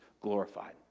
glorified